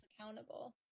accountable